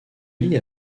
lie